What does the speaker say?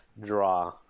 draw